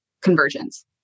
conversions